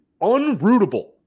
unrootable